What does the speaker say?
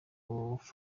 muri